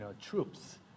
troops